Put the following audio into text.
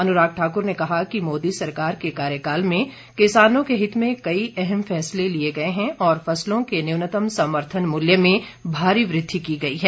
अनुराग ठाकुर ने कहा कि मोदी सरकार के कार्यकाल में किसानों के हित में कई अहम फैसले लिए गए हैं और फसलों के न्यूनतम समर्थन मूल्य में भारी वृद्धि की गई है